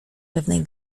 pewnej